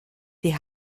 die